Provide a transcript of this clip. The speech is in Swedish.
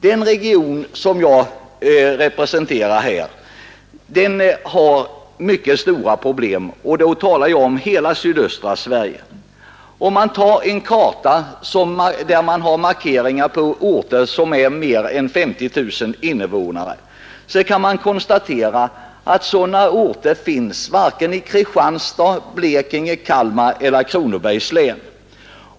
Den region som jag representerar — jag talar då om hela sydöstra Sverige — brottas med mycket stora problem. Om man har en karta där orter med över 50 000 invånare är markerade, så skall man finna att det inte finns några sådana orter i vare sig Kristianstads, Blekinge, Kalmar eller Kronobergs län.